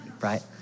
right